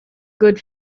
good